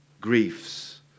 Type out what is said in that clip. griefs